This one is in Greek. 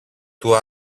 του